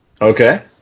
Okay